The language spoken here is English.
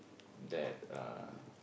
that uh